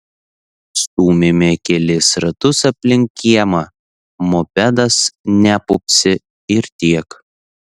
stūmėme kelis ratus aplink kiemą mopedas nepupsi ir tiek